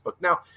Now